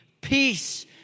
Peace